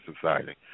society